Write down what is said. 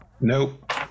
Nope